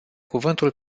cuvântul